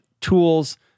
tools